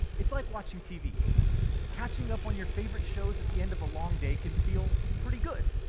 it's like watching tv catching up on your favorite shows at the end of a long day can feel pretty good.